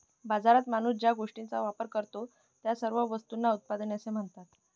बाजारात माणूस ज्या गोष्टींचा वापर करतो, त्या सर्व वस्तूंना उत्पादने असे म्हणतात